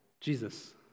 Jesus